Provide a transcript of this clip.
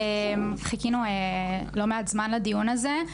חיכינו לא מעט זמן לדיון הזה.